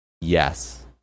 Yes